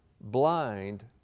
blind